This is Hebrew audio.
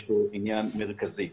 יש פה עניין מרכזי,